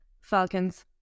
Falcons